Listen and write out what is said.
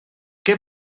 què